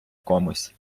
комусь